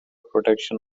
protection